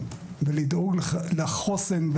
ולדאוג לחוסן,